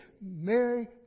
Mary